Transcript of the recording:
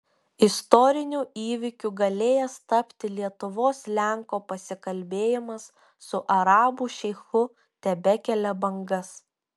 istoriniu įvykiu galėjęs tapti lietuvos lenko pasikalbėjimas su arabų šeichu tebekelia bangas